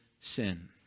sin